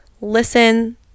Listen